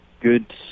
good